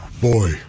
boy